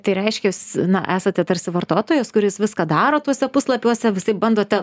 tai reiškias na esate tarsi vartotojas kuris viską daro tuose puslapiuose visaip bandote